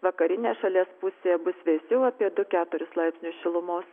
vakarinėj šalies pusėje bus vėsiau apie du keturis laipsnius šilumos